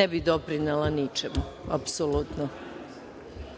ne bi doprinela ničemu apsolutno. Pošto